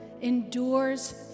endures